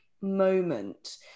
moment